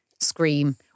scream